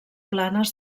planes